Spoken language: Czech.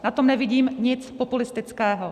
Na tom nevidím nic populistického.